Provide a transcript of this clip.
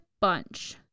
bunch